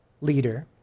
leader